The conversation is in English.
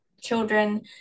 children